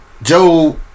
Joe